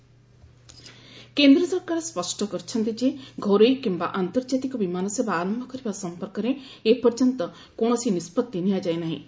Hardeep Singh flight କେନ୍ଦ୍ର ସରକାର ସ୍ୱଷ୍ଟ କରିଛନ୍ତି ଯେ ଘରୋଇ କିମ୍ବା ଆନ୍ତର୍ଜାତିକ ବିମାନ ସେବା ଆରମ୍ଭ କରିବା ସଂପର୍କରେ ଏପର୍ଯ୍ୟନ୍ତ କୌଣସି ନିଷ୍ପଭି ନିଆଯାଇ ନାହିଁ